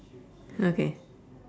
okay